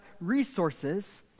resources